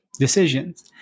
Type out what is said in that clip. decisions